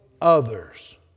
others